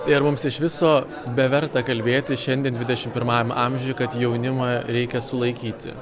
ir mums iš viso be verta kalbėti šiandien dvidešim pirmajam amžiuj kad jaunimą reikia sulaikyti